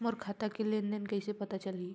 मोर खाता के लेन देन कइसे पता चलही?